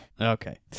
Okay